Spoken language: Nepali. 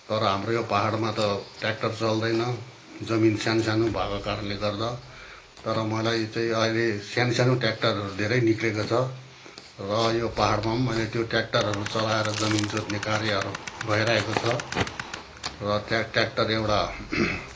तर हाम्रो यो पाहाडमा त ट्याक्टर चल्दैन जमिन सानो सानो भएको कारणले गर्दा तर मलाई चाहिँ अहिले सानो सानो ट्याक्टरहरू धेरै निस्केको छ र यो पाहाडमा पनि त्यो ट्याक्टरहरू चलाएर जमिन जोत्ने कार्यहरू भइरहेको छ र ट्याक ट्याक्टर एउटा